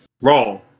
wrong